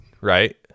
right